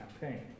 campaign